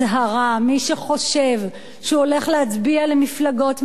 מי שחושב שהוא הולך להצביע למפלגות מרכז,